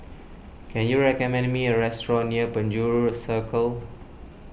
can you recommend me a restaurant near Penjuru Circle